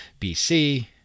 BC